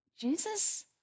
Jesus